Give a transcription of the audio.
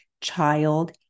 child